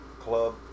Club